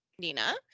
Nina